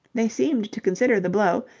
they seemed to consider the blow,